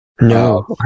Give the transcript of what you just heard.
No